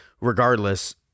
regardless